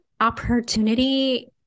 opportunity